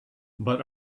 but